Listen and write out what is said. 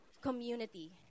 community